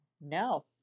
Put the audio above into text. no